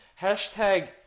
Hashtag